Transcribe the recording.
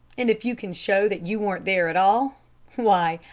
and if you can show that you weren't there at all why,